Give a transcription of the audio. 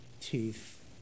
teeth